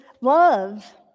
love